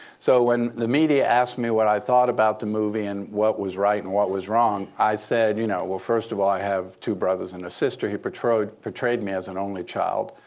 so when the media asked me what i thought about the movie and what was right and what was wrong, i said, you know, well, first of all, i have two brothers and a sister. he portrayed portrayed me as an only child.